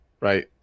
right